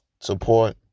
Support